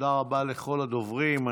תודה רבה לכל הדוברים.